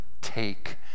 take